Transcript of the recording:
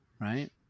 Right